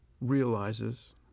realizes